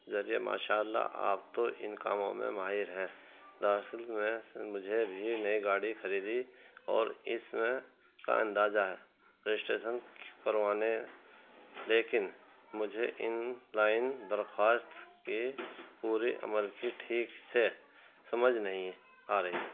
ذریعہ ماشاء اللہ آپ تو ان کاموں میں ماہر ہیں دراصل میں سے مجھے بھی نئی گاڑی خریدی اور اس میں کا اندازہ رجسٹریشن کروانے لیکن مجھے انلائن درخواست کی پوری عمل کی ٹھیک سے سمجھ نہیں آ رہی